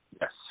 Yes